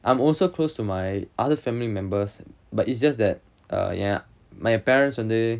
I'm also close to my other family members but it's just that uh ya my parents when they